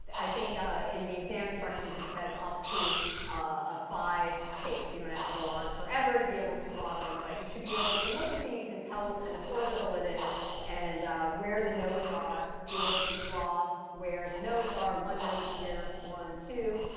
i think in the exam instructions it says up to a five case. you don't and have to go on forever to be able to draw them, but you should be able to look at these and tell what kind of orbital it is and where the nodes are, be able to draw where the nodes are one node here, one, two,